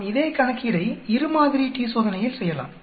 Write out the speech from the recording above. நாம் இதே கணக்கீடை இரு மாதிரி t சோதனையில் செய்யலாம்